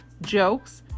jokes